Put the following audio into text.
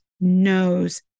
knows